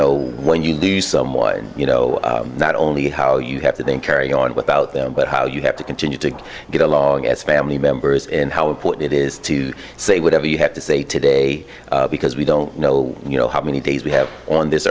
know when you lose someone you know not only how you have to then carry on without them but how you have to continue to get along as family members and how important it is to say whatever you have to say today because we don't know you know how many days we have on this